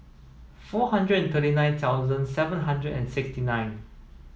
four hundred and thirty nine thousand seven hundred and sixty nine